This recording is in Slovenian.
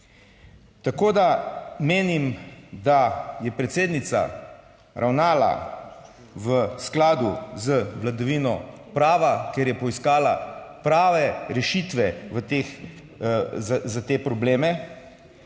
Tako da menim, da je predsednica ravnala v skladu z vladavino prava, ker je poiskala prave rešitve v teh, za te probleme,